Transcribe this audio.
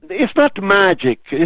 it's not magic.